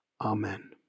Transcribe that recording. Amen